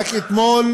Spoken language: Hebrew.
רק אתמול